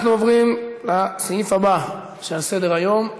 אנחנו עוברים לסעיף הבא שעל סדר-היום.